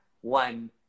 One